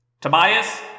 Tobias